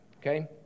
okay